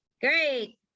Great